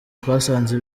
twasanze